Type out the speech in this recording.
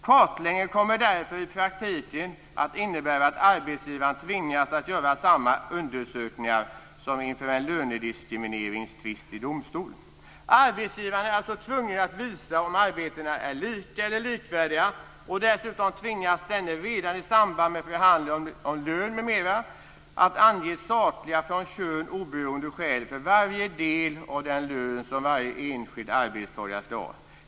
Kartläggningen kommer därför i praktiken att innebära att arbetsgivaren tvingas att göra samma undersökningar som inför en lönediskrimineringstvist i domstol. Arbetsgivaren är alltså tvungen att visa om arbetena är lika eller likvärdiga. Dessutom tvingas denne redan i samband med förhandlingar om lön m.m. att ange sakliga från kön oberoende skäl för varje del av den lön som varje enskild arbetstagare ska ha.